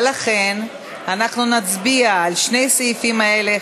לכן נצביע על שני הסעיפים האלה,